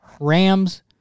Rams